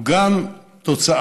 הוא גם תוצאה,